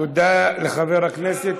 תודה לחבר הכנסת,